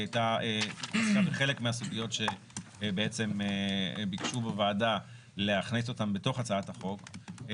חלק מהסוגיות שבעצם ביקשו בוועדה להכניס אותן לתוך הצעת החוק.